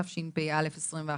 התשפ"א 2021,